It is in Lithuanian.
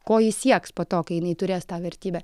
ko ji sieks po to kai jinai turės tą vertybę